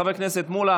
חבר הכנסת מולא